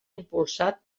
impulsat